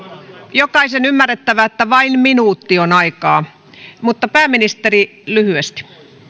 jokaisen ymmärrettävä että vain minuutti on aikaa mutta pääministeri lyhyesti